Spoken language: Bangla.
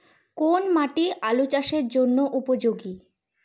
কোন মাটি আলু চাষের জন্যে উপযোগী?